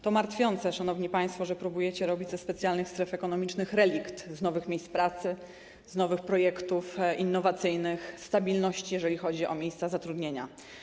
To martwi, szanowni państwo, że próbujecie robić relikt ze specjalnych stref ekonomicznych - z nowych miejsc pracy, z nowych projektów innowacyjnych, ze stabilności, jeżeli chodzi o miejsca zatrudnienia.